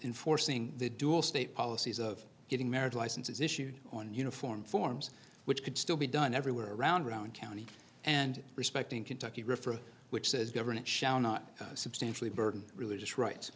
in forcing the dual state policies of getting marriage licenses issued on uniform forms which could still be done everywhere around brown county and respecting kentucky river which says government shall not substantially burden religious right